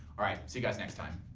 alright see you guys next time.